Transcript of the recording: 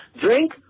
drink